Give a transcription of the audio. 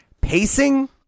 Pacing